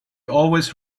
always